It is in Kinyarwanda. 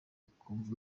ukumva